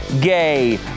Gay